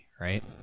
right